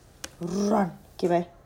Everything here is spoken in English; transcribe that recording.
run to right